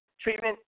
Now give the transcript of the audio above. Treatment